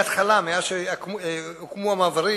מההתחלה, מאז שהוקמו המעברים,